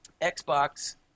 Xbox